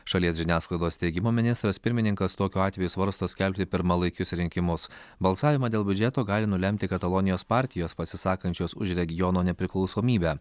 šalies žiniasklaidos teigimu ministras pirmininkas tokiu atveju svarsto skelbti pirmalaikius rinkimus balsavimą dėl biudžeto gali nulemti katalonijos partijos pasisakančios už regiono nepriklausomybę